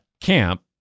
camp